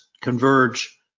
Converge